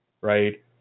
Right